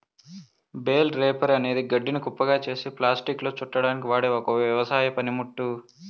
bale wrapper అనేది గడ్డిని కుప్పగా చేసి ప్లాస్టిక్లో చుట్టడానికి వాడె ఒక వ్యవసాయ పనిముట్టు